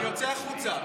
אני יוצא החוצה.